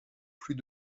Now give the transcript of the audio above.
plus